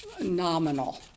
nominal